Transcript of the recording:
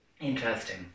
Interesting